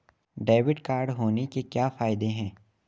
Debit card होने के क्या फायदे हैं?